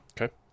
okay